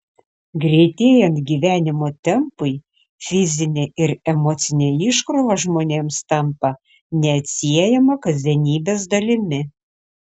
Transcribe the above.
greitėjant gyvenimo tempui fizinė ir emocinė iškrova žmonėms tampa neatsiejama kasdienybės dalimi